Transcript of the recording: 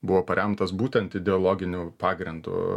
buvo paremtas būtent ideologiniu pagrindu